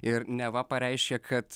ir neva pareiškė kad